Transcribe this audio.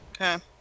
Okay